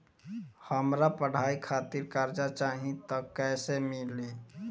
हमरा पढ़ाई खातिर कर्जा चाही त कैसे मिली?